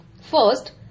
First